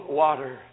water